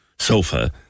Sofa